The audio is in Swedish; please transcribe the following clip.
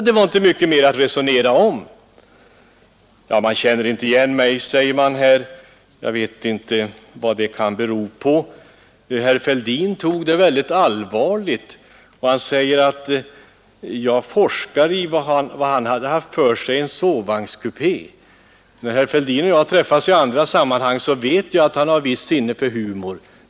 Det var inte mycket mer att resonera om. Det sades här att man inte känner igen mig. Jag vet inte vad det kan bero på. Herr Fälldin tog det så allvarligt och sade att jag forskar i vad han hade haft för sig i en sovvagnskupé. När herr Fälldin och jag har träffats i andra sammanhang har han visat att han har ett visst sinne för humor.